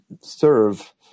serve